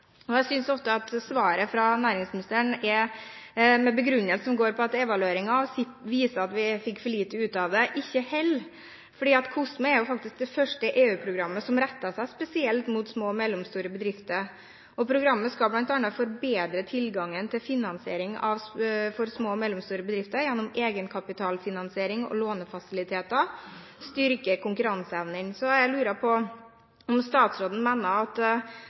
Jeg synes ofte at svaret fra næringsministeren, med begrunnelse som går på at evalueringen av CIP viser at vi fikk for lite ut av det, ikke holder, for COSME er jo faktisk det første EU-programmet som retter seg spesielt mot små og mellomstore bedrifter. Programmet skal bl.a. forbedre tilgangen til finansiering for små og mellomstore bedrifter gjennom egenkapitalfinansiering og lånefasiliteter og styrke konkurranseevnen. Så jeg lurer på om statsråden mener at